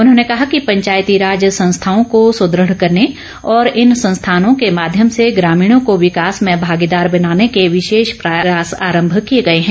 उन्होंने कहा कि पंचायतीराज संस्थाओं को सुदृढ़ करने और इन संस्थानों के माध्यम से ग्रामीणों को विकास में भागीदार बनाने के विशेष प्रयास आरंभ किए गए हैं